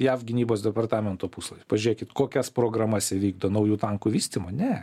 jav gynybos departamento puslapy pažėkit kokias programas jie vykdo naujų tankų vystymo ne